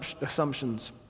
assumptions